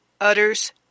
utters